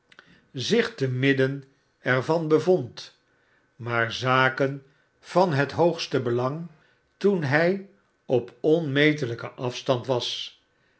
zich te midden er van bevona maar zaken van het hoogste belang toen hij op onmetelijken afstand was